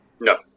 No